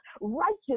righteous